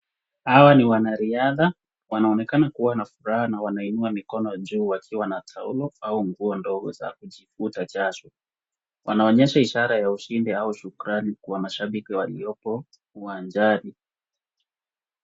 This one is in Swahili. Hawa ni wanariadha. Wanaonekana kuwa na furaha na wanainua mikono juu wakiwa wanataulu au nguo ndogo za kujifuta jasho. Wanaonyesha ishara ya ushindi au shukran kwa mashabiki waliopo uwanjani.